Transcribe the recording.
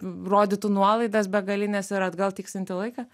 rodytų nuolaidas begalines ir atgal tiksintį laiką